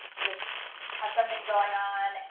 just have something going on.